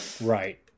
Right